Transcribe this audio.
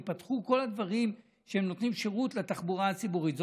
ייפתחו כל הדברים שנותנים שירות לתחבורה הציבורית.